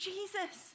Jesus